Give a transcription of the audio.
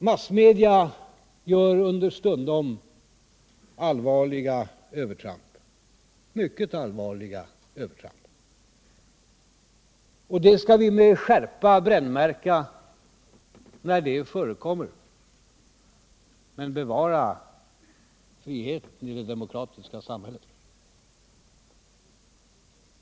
Massmedia gör understundom mycket allvarliga övertramp. Detta skall vi med skärpa brännmärka när det förekommer men bevara friheten i det demokratiska samhället.